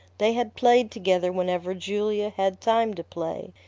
they had played together whenever julia had time to play,